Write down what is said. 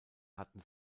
hatten